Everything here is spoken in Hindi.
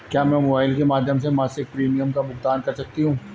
क्या मैं मोबाइल के माध्यम से मासिक प्रिमियम का भुगतान कर सकती हूँ?